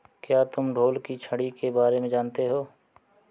क्या तुम ढोल की छड़ी के बारे में जानते हो?